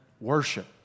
worship